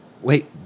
Wait